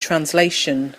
translation